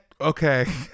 Okay